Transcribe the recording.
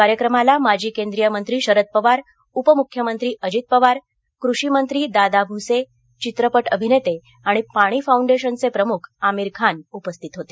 कार्यक्रमाला माजी केंद्रीय मंत्री शरद पवार उपमुख्यमंत्री अजित पवार कृषिमंत्री दादा भुसे चित्रपट अभिनेते आणि पाणी फौंडेशनचे प्रमुख आमिर खान उपस्थित होते